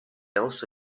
also